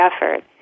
effort